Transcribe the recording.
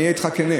אני אהיה כן איתך.